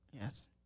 Yes